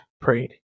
prayed